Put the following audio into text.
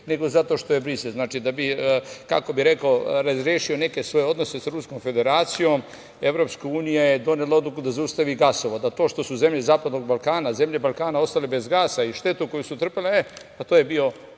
nego zato što je Brisel… Znači, da bi, kako bih rekao, razrešio neke svoje odnose sa Ruskom Federacijom, EU je donela odluku da zaustavi gasovod, a to što su zemlje Zapadnog Balkana ostale bez gasa i štetu koju su trpele, e pa to je bio